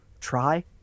try